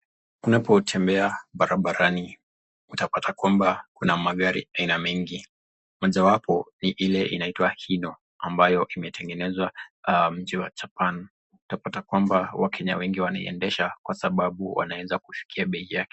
Unapotembea barabarani utapata kwamba kuna magari aina mingi . Mojawapo ni ile inaitwa Hino ambayo imetengenezwa mji wa Japan utapata kwamba wakenya wengi wanaiendesha kwa sababu wanaweza kufikia bei yake.